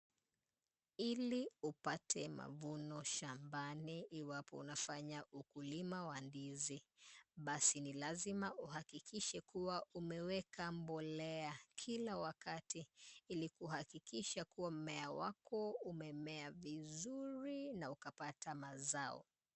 Ili upate mavuno shambani iwapo unafanya ukuliwa wa ndizi, basi ni lazima uhakikishe kuwa umeweka mbolea kila wakati, ili kuhakikisha kuwa mmea wako umemea vizuri na ukapata mazao.